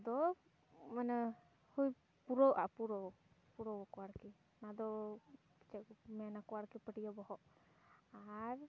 ᱫᱚ ᱢᱟᱱᱮ ᱦᱩᱭ ᱯᱩᱨᱟᱹᱜᱼᱟ ᱯᱩᱨᱟᱣ ᱯᱩᱨᱟᱣᱟᱠᱚ ᱟᱨᱠᱤ ᱚᱱᱟᱫᱚ ᱪᱮᱫ ᱠᱚᱠᱚ ᱢᱮᱱᱟᱠᱚ ᱟᱨᱠᱤ ᱯᱟᱹᱴᱭᱟᱹ ᱵᱚᱦᱚᱜ ᱟᱨ